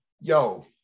yo